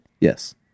Yes